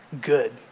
good